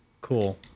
cool